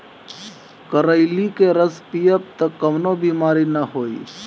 करइली के रस पीयब तअ कवनो बेमारी नाइ होई